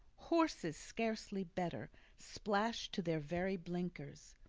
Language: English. horses, scarcely better splashed to their very blinkers.